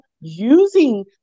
using